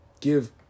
Give